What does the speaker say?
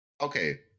okay